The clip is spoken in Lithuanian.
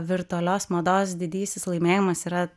virtualios mados didysis laimėjimas yra